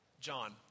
John